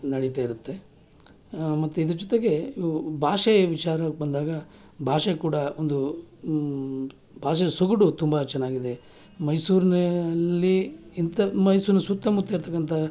ನಡೀತಾ ಇರುತ್ತೆ ಮತ್ತೆ ಇದ್ರ ಜೊತೆಗೆ ಭಾಷೆಯ ವಿಚಾರಕ್ಕೆ ಬಂದಾಗ ಭಾಷೆ ಕೂಡ ಒಂದು ಭಾಷೆ ಸೊಗಡು ತುಂಬ ಚೆನ್ನಾಗಿದೆ ಮೈಸೂರಿನಲ್ಲಿ ಇಂಥ ಮೈಸೂರಿನ ಸುತ್ತಮುತ್ತ ಇರ್ತಕ್ಕಂಥ